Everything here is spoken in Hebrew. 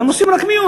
אז הם עושים רק מיון.